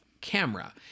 camera